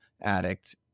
Addict